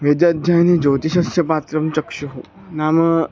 वेदाध्ययने ज्योतिषस्य पात्रं चक्षुः नाम